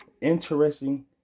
interesting